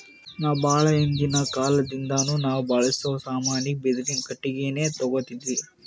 ಭಾಳ್ ಹಿಂದಿನ್ ಕಾಲದಿಂದಾನು ನಾವ್ ಬಳ್ಸಾ ಸಾಮಾನಿಗ್ ಬಿದಿರಿನ್ ಕಟ್ಟಿಗಿನೆ ತೊಗೊತಿದ್ವಿ